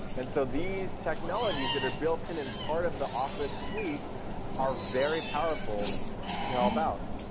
and so these technologies that are built in in part of the office suite are very powerful to help out.